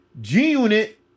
G-Unit